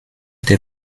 der